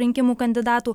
rinkimų kandidatų